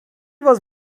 was